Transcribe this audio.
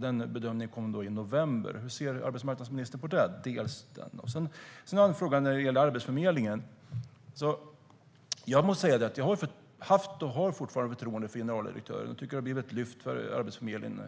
Denna bedömning kom i november. Hur ser arbetsmarknadsministern på det? Sedan har jag en fråga när det gäller Arbetsförmedlingen. Jag har haft och har fortfarande förtroende för generaldirektören. Jag tycker att det har blivit ett lyft för Arbetsförmedlingen